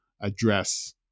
address